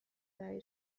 برای